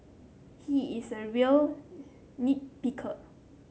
he is a real nit picker